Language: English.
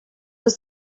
was